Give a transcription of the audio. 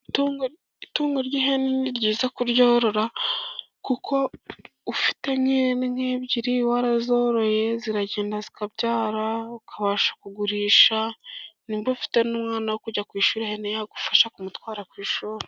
Itungo ry'ihene ni ryiza kuryorora, kuko ufite Ihene nk'ebyiri warazoroye, ziragenda zikabyara ukabasha kugurisha, nibu ufite n'umwana wo kujya ku ishuri ihene yagufasha kumutwara ku ishuri.